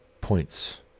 points